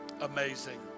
amazing